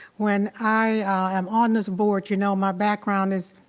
when i am on this board, you know my background is